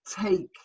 take